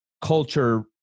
culture